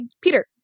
Peter